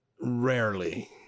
Rarely